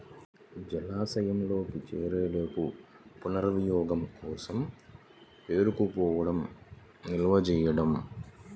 జలాశయంలోకి చేరేలోపు పునర్వినియోగం కోసం పేరుకుపోవడం నిల్వ చేయడం